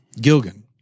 Gilgan